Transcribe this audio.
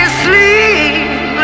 sleep